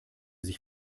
sich